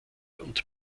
und